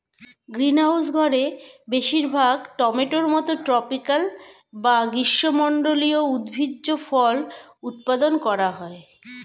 greenhouse ঘরে বেশিরভাগ টমেটোর মতো ট্রপিকাল বা গ্রীষ্মমন্ডলীয় উদ্ভিজ্জ ফল উৎপাদন করা হয়